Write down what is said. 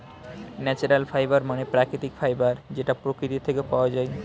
natural fibre মানে প্রাকৃতিক fibre যেটা প্রকৃতি থেকে পাওয়া যায়